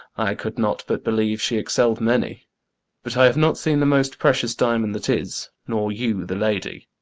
i could not but believe she excelled many but i have not seen the most precious diamond that is, nor you the lady.